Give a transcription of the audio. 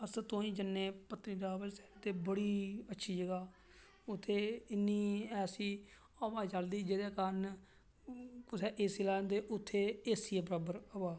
अस तुआहीं जन्ने पत्तनीटाप आह्ली साईड ते बड़ी अच्छी जगह ओह् उत्थें इन्नी ऐसी हवा चलदी जेह्दे कारण कुसै एसी लाए दे उत्थें एसी लेवल दी बराबर हवा